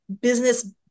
business